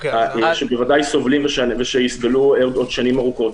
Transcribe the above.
שבוודאי סובלים ושיסבלו עוד שנים ארוכות.